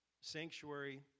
sanctuary